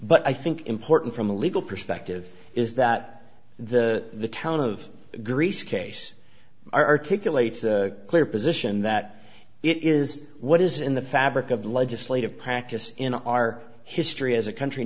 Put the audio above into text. but i think important from a legal perspective is that the town of greece case articulate clear position that it is what is in the fabric of legislative practice in our history as a country